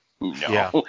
No